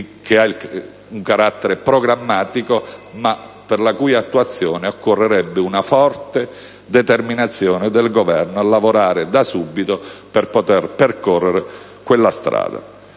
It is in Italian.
che ha un carattere programmatico ma per la cui attuazione occorrerebbe una forte determinazione del Governo a lavorare da subito per poter percorrere quella strada.